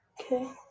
Okay